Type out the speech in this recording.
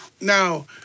Now